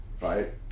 right